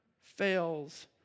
fails